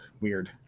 weird